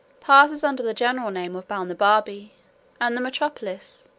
passes under the general name of balnibarbi and the metropolis,